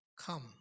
come